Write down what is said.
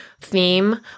theme